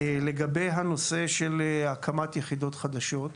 לגבי הנושא של הקמת יחידות חדשות,